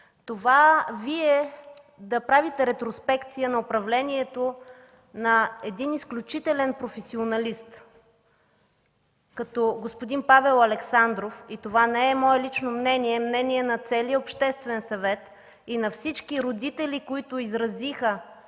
Това – Вие да правите ретроспекция на управлението на един изключителен професионалист като господин Павел Александров, и това не е мое лично мнение, а е мнение на целия Обществен съвет, и на всички родители, които изразиха